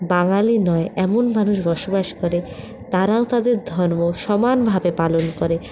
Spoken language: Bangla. বাঙালি নয় এমন মানুষ বসবাস করে তারাও তাদের ধর্ম সমানভাবে পালন করে